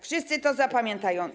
Wszyscy to zapamiętają.